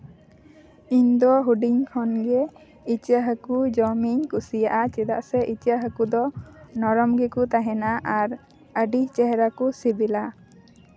ᱤᱧ ᱫᱚ ᱦᱩᱰᱤᱧ ᱠᱷᱚᱱᱜᱮ ᱤᱪᱟᱹᱜ ᱦᱟᱹᱠᱩ ᱡᱚᱢᱤᱧ ᱠᱩᱥᱤᱭᱟᱜᱼᱟ ᱪᱮᱫᱟᱜ ᱥᱮ ᱤᱪᱟᱹᱜ ᱦᱟᱹᱠᱩ ᱫᱚ ᱱᱚᱨᱚᱢ ᱜᱮᱠᱚ ᱛᱟᱦᱮᱱᱟ ᱟᱨ ᱟᱹᱰᱤ ᱪᱮᱦᱨᱟ ᱠᱚ ᱥᱤᱵᱤᱞᱟ